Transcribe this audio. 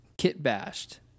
Kit-bashed